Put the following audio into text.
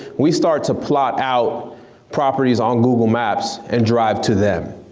we start to plot out properties on google maps and drive to them.